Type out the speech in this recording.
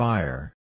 Fire